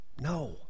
No